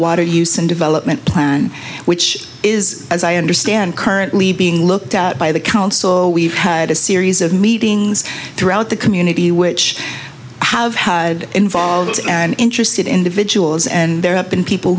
water use and development plan which is as i understand currently being looked at by the council we've had a series of meetings throughout the community which have had involved and interested individuals and there have been people